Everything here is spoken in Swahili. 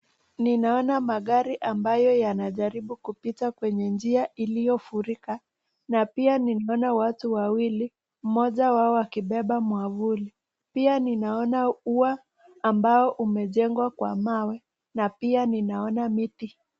Nianaona magari ambayo yanajaribu kupita kwenye njia iliyofurika, na pia ninaona watu wawili, moja wao akibeba mwavuli. Pia ninaona ua ambao umejengwa kwa mawe na pia ninaona miti.